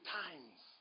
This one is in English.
times